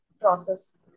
process